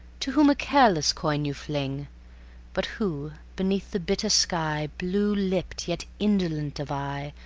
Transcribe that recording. to whom a careless coin you fling but who, beneath the bitter sky, blue-lipped, yet insolent of eye,